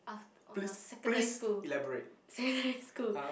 af~ when I was in secondary school secondary school